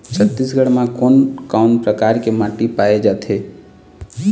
छत्तीसगढ़ म कोन कौन प्रकार के माटी पाए जाथे?